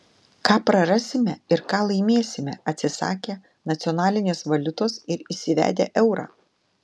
ką prarasime ir ką laimėsime atsisakę nacionalinės valiutos ir įsivedę eurą